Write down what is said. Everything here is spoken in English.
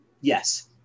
Yes